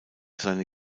seine